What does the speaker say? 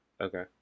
Okay